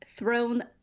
thrown